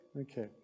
Okay